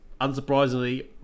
unsurprisingly